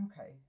Okay